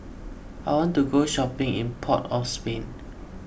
I want to go shopping in Port of Spain